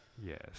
Yes